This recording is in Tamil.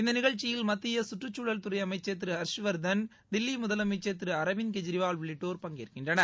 இந்த நிகழ்ச்சியில் மத்திய சுற்றுச்சூழல் துறை அமைச்சர் திரு ஹர்ஷ்வர்தன் தில்லி முதலமைச்சர் திரு அரவிந்த் கெஜ்ரிவால் உள்ளிட்டோரும் பங்கேற்கின்றனர்